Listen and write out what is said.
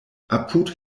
apud